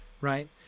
right